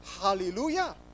Hallelujah